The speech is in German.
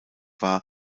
war